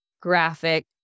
graphic